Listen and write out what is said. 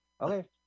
Okay